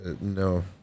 No